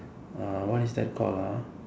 ah what is that called ah